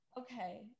Okay